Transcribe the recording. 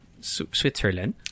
Switzerland